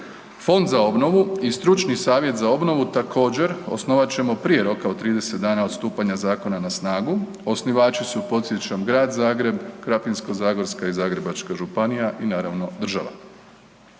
Fond za obnovu i Stručni savjet za obnovu također osnovat ćemo prije roka od 30 dana od stupanja zakona na snagu. Osnivači su podsjećam Grad Zagreb, Krapinsko-zagorska i Zagrebačka županija i naravno država.